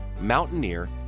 mountaineer